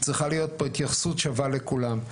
צריכה להיות פה התייחסות שווה לכולם.